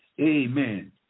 Amen